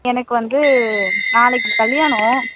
எனக்கு வந்து நாளைக்கு கல்யாணம்